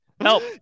help